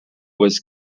was